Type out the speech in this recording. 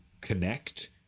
connect